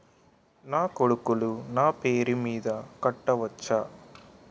నా కొడుకులు నా పేరి మీద కట్ట వచ్చా?